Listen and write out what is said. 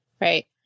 Right